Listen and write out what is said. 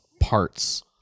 parts